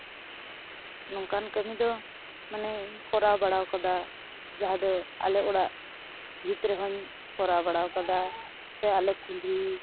ᱱᱚᱝᱠᱟᱱ ᱠᱟᱹᱢᱤ ᱫᱚ ᱢᱟᱱᱮᱧ ᱠᱚᱨᱟᱣ ᱵᱟᱲᱟᱣ ᱠᱟᱫᱟ ᱡᱟᱦᱟᱸ ᱫᱚ ᱟᱞᱮ ᱚᱲᱟᱜ ᱵᱷᱤᱛ ᱨᱮᱦᱚᱧ ᱠᱚᱨᱟᱣ ᱵᱟᱲᱟᱣ ᱠᱟᱫᱟ ᱥᱮ ᱟᱞᱮ ᱠᱩᱞᱦᱤ